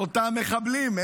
אותם מחבלים,